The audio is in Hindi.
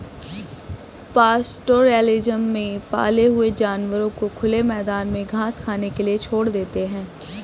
पास्टोरैलिज्म में पाले हुए जानवरों को खुले मैदान में घास खाने के लिए छोड़ देते है